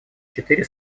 четыре